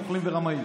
נוכלים ורמאים,